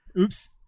Oops